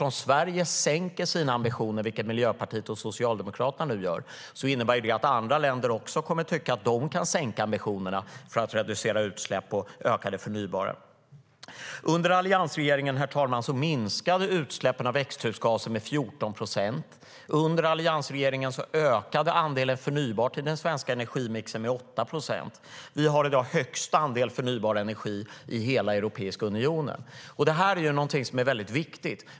Om Sverige sänker sina ambitioner, vilket Miljöpartiet och Socialdemokraterna nu gör, innebär det att andra länder också kommer att tycka att de kan sänka ambitionerna när det gäller att reducera utsläpp och öka det förnybara. Under alliansregeringen, herr talman, minskade utsläppen av växthusgaser med 14 procent. Under alliansregeringen ökade andelen förnybart i den svenska energimixen med 8 procent. Vi har i dag högst andel förnybar energi i hela Europeiska unionen. Detta är väldigt viktigt.